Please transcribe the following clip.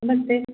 नमस्ते